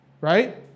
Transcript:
Right